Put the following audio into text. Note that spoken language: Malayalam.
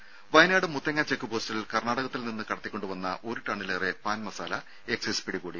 രും വയനാട് മുത്തങ്ങ ചെക്ക്പോസ്റ്റിൽ കർണ്ണാടകത്തിൽ നിന്ന് കടത്തിക്കൊണ്ടുവന്ന ഒരു ടണ്ണിലേറെ പാൻ മസാല എക്സൈസ് പിടികൂടി